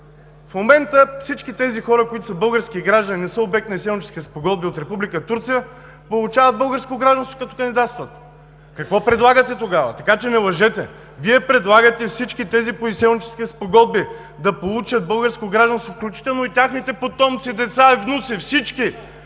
В момента всички тези хора, които са български граждани, са обект на изселническите спогодби от Република Турция, получават българско гражданство като кандидатстват. Какво предлагате тогава?! Така че не лъжете! Вие предлагате всички тези по изселническите спогодби да получат българско гражданство, включително и техните потомци – деца и внуци. Всички!